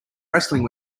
wrestling